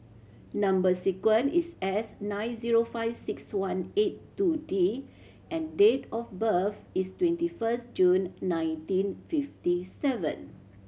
number sequence is S nine zero five six one eight two D and date of birth is twenty first June nineteen fifty seven